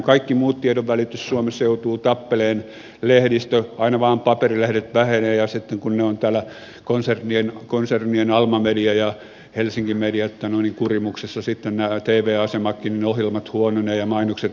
kaikki muu tiedonvälitys suomessa joutuu tappelemaan lehdistö aina vain paperilehdet vähenevät ja sitten kun ne ovat täällä konsernien alma median ja helsingin medioiden kurimuksessa sitten näiden tv asemienkin ohjelmat huononevat ja mainokset lisääntyvät